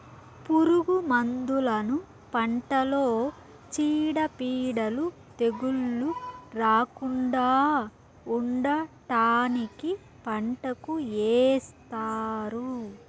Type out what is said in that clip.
పురుగు మందులను పంటలో చీడపీడలు, తెగుళ్ళు రాకుండా ఉండటానికి పంటకు ఏస్తారు